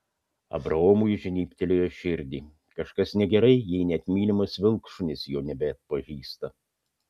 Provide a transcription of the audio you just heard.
abraomui žnybtelėjo širdį kažkas negerai jei net mylimas vilkšunis jo nebeatpažįsta